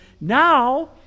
Now